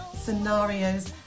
scenarios